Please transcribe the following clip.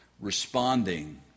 Responding